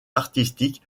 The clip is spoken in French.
artistique